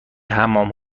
حمام